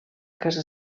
casa